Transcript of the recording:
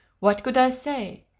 what could i say?